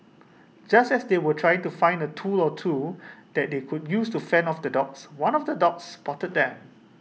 just as they were trying to find A tool or two that they could use to fend off the dogs one of the dogs spotted them